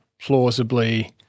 plausibly